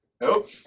Nope